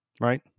Right